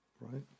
right